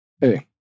Hey